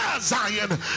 Zion